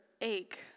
ache